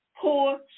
Poor